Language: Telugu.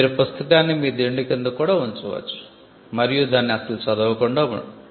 మీరు పుస్తకాన్ని మీ దిండు కింద కూడా ఉంచవచ్చు మరియు దాన్ని అసలు చదవకుండా ఉండవచ్చు